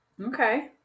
Okay